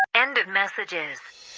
end of messages